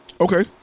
Okay